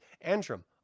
Antrim